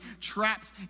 trapped